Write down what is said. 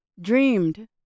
dreamed